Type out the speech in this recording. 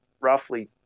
roughly